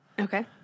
Okay